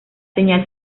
señal